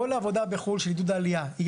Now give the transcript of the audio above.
כל העבודה בחו"ל של עידוד עלייה,